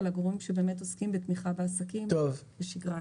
לגורמים שבאמת עוסקים בתמיכה בעסקים בשגרה.